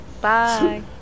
Bye